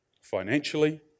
Financially